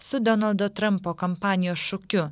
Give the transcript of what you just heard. su donaldo trampo kampanijos šūkiu